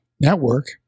network